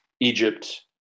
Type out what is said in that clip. Egypt